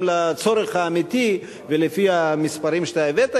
לצורך האמיתי ולפי המספרים שאתה הבאת.